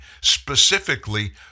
specifically